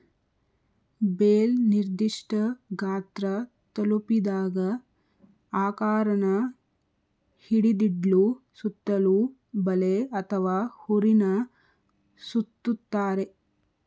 bale ನಿರ್ದಿಷ್ಠ ಗಾತ್ರ ತಲುಪಿದಾಗ ಆಕಾರನ ಹಿಡಿದಿಡ್ಲು ಸುತ್ತಲೂ ಬಲೆ ಅಥವಾ ಹುರಿನ ಸುತ್ತುತ್ತಾರೆ